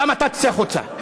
גם אתה תצא החוצה.